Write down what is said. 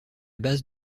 base